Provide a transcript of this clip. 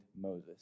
Moses